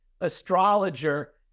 astrologer